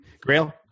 Grail